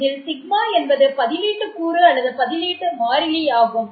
இதில் σ என்பது பதிலீட்டு கூறு அல்லதுபதிலீட்டு மாறிலி ஆகும்